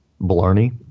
Blarney